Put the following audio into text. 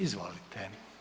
Izvolite.